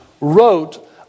wrote